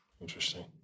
Interesting